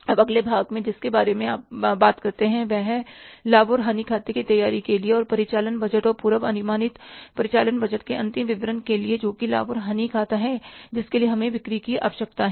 अब अगले भाग मैं जिसके बारे में बात करेंगे वह है लाभ और हानि खाते की तैयारी के लिए और परिचालन बजट और पूर्व अनुमानित परिचालन बजट के अंतिम विवरण के लिए जोकि लाभ और हानि खाता है जिसके लिए हमें बिक्री की आवश्यकता है